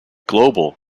global